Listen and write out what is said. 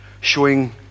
showing